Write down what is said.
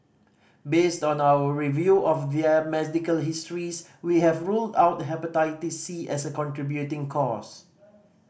based on our review of their medical histories we have ruled out Hepatitis C as a contributing cause